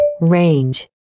range